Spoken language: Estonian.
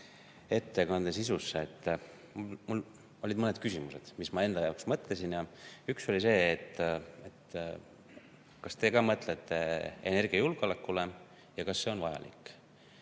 ettekande sisusse. Mul olid mõned küsimused, mis ma enda jaoks välja mõtlesin. Üks oli see: kas teie ka mõtlete energiajulgeolekule ja kas see on vajalik?